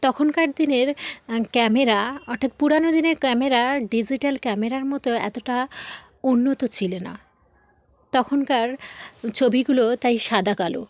তখনকার দিনের ক্যামেরা অর্থাৎপুরানো দিনের ক্যামেরা ডিজিটাল ক্যামেরার মতো এতটা উন্নত ছিলো না তখনকার ছবিগুলো তাই সাদা কালো